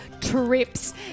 trips